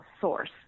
source